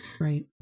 Right